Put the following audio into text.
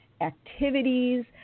activities